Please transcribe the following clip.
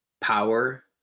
power